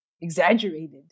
exaggerated